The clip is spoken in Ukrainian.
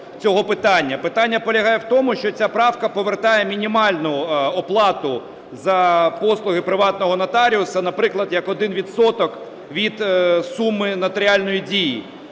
Питання полягає в тому, що ця правка повертає мінімальну оплату за послуги приватного нотаріуса, наприклад, як один відсоток від суми нотаріальної дії.